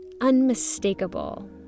unmistakable